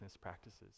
practices